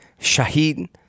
Shahid